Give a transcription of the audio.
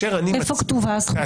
איפה כתובה הזכות לשוויון?